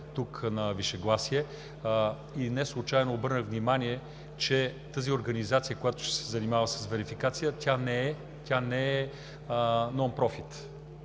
на вишегласие. Неслучайно обърнах внимание, че тази организация, която ще се занимава с верификация, не е non profit.